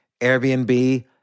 Airbnb